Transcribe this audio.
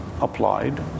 applied